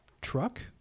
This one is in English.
truck